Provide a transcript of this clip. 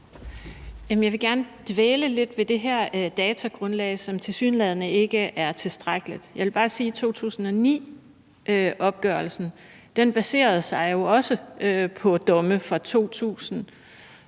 Jeg vil gerne dvæle lidt ved det her datagrundlag, som tilsyneladende ikke er tilstrækkeligt. Jeg vil bare sige, at 2009-opgørelsen jo også baserede sig på domme fra 2000